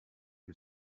who